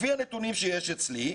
לפי הנתונים שיש אצלי,